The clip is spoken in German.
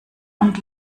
und